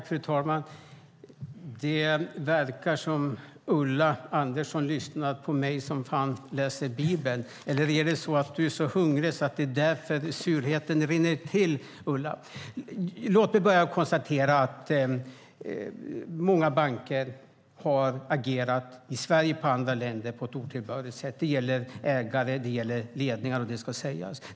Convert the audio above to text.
Fru talman! Det verkar som att Ulla Andersson har lyssnat på mig som fan läser Bibeln. Eller är du så hungrig att surheten rinner till, Ulla? Låt mig konstatera att många banker har agerat, i Sverige och i andra länder, på ett otillbörligt sätt. Det gäller ägare och ledningar - och det ska sägas.